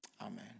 Amen